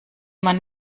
man